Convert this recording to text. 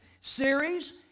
series